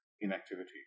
inactivity